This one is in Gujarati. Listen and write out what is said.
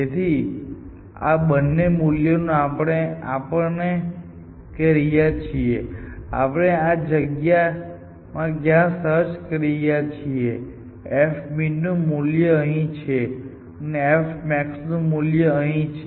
તેથી આ બંને મૂલ્ય આપણને કહી રહ્યા છે કે આપણે આ જગ્યામાં ક્યાં સર્ચ કરી રહ્યા છીએ f મિનનું મૂલ્ય અહીં છે અને f મેક્સનું મૂલ્ય અહીં છે